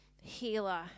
healer